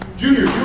junior